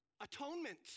Atonement